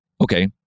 Okay